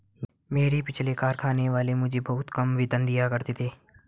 मेरे पिछले कारखाने वाले मुझे बहुत कम वेतन दिया करते थे